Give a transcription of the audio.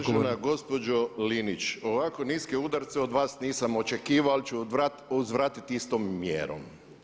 Uvažena gospođo Linić ovako niske udarce od vas nisam očekivao ali ću uzvratiti istom mjerom.